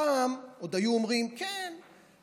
פעם עוד היו אומרים: כן,